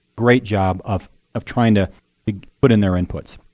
great job of of trying to put in their inputs.